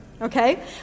okay